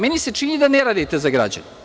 Meni se čini da ne radite za građane.